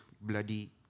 bloody